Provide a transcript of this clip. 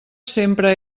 sempre